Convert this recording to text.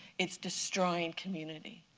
it's destroying community.